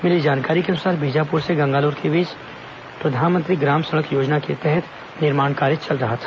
मिली जानकारी के अनुसार बीजापुर से गंगालूर के बीच प्रधानमंत्री ग्राम सड़क योजना के तहत निर्माण कार्य चल रहा है